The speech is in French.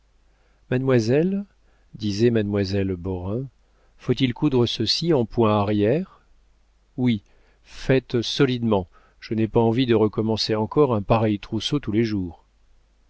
mademoiselle disait mademoiselle borain faut-il coudre ceci en points arrière oui faites solidement je n'ai pas envie de recommencer encore un pareil trousseau tous les jours